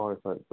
ꯍꯣꯏ ꯐꯔꯦ ꯐꯔꯦ